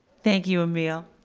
thank you, emile.